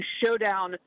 showdown